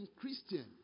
christian